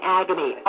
agony